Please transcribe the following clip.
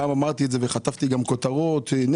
פעם אמרתי את זה, וחטפתי כותרות נגדיות.